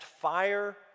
fire